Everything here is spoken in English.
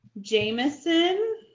Jameson